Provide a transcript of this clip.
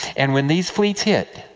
and when these fleets hit,